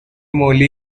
moly